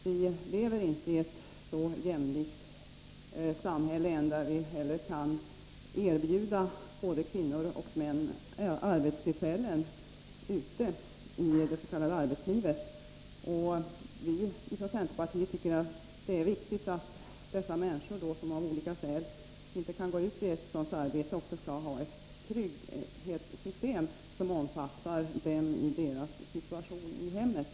Vilever inte i ett så jämlikt samhälle än att vi alltid kan erbjuda både kvinnor och män arbetstillfällen ute i det s.k. arbetslivet. Vi från centerpartiet tycker att det är riktigt att de människor som av olika skäl inte kan gå ut i ett arbete också skall ha ett trygghetssystem som omfattar dem i deras situation i hemmet.